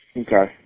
okay